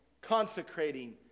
consecrating